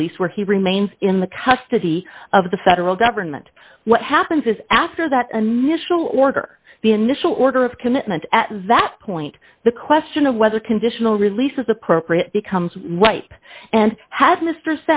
release where he remains in the custody of the federal government what happens is after that initial order the initial order of commitment at that point the question of whether conditional release is appropriate becomes white and ha